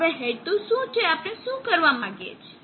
હવે હેતુ શું છે આપણે શું કરવા માંગીએ છીએ